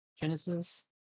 Genesis